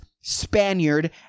spaniard